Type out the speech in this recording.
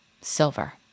silver